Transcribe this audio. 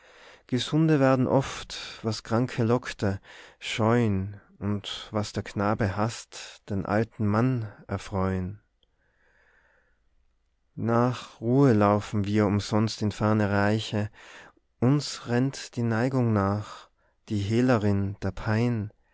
gesunde werden oft was kranke lockte scheuen und was der knabe haßt den alten mann erfreuen nach ruhe laufen wir umsonst in ferne reiche uns rennt die neigung nach die hehlerin der pein